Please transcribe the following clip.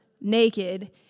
naked